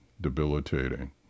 debilitating